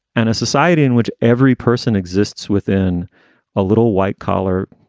and a society in which every person exists within a little white collar,